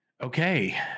Okay